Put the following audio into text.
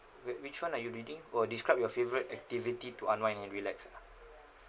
wait which one are you reading oh describe your favourite activity to unwind and relax ah